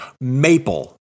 Maple